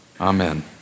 Amen